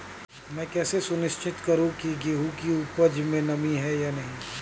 मैं कैसे सुनिश्चित करूँ की गेहूँ की उपज में नमी है या नहीं?